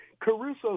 Caruso